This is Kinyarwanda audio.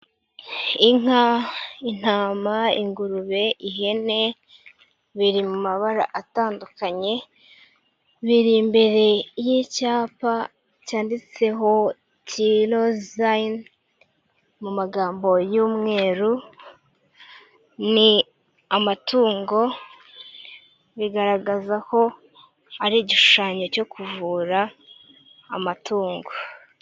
Inka, intama, ingurube, ihene, biri mu mabara atandukanye, biri imbere y'icyapa cyanditseho tilo zayine mu magambo y'umweru ni amatungo bigaragaza ko ari igishushanyo cyo kuvura amatungo.